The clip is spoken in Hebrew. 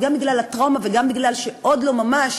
גם בגלל הטראומה וגם בגלל שעוד לא ממש